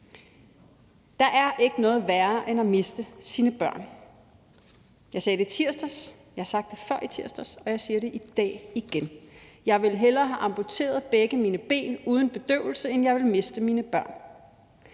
Der er ikke noget værre end at miste sine børn. Jeg sagde det i tirsdags, jeg har sagt det før i tirsdags, og jeg siger det i dag igen. Jeg vil hellere have amputeret begge mine ben uden bedøvelse, end jeg vil miste mine børn.